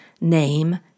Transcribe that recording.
name